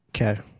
Okay